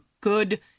good